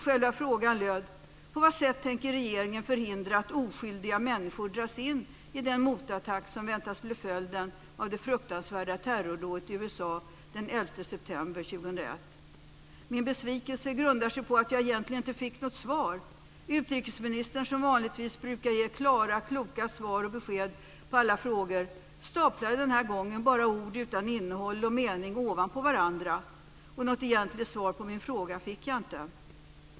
Själva frågan löd: På vad sätt tänker regeringen förhindra att oskyldiga människor dras in i den motattack som väntas bli följden av det fruktansvärda terrordådet i USA den 11 Min besvikelse grundar sig på att jag egentligen inte fick något svar. Utrikesministern, som vanligtvis brukar ge klara, kloka svar och besked på alla frågor, staplade den här gången bara ord utan innehåll och mening ovanpå varandra. Något egentligt svar på min fråga fick jag inte.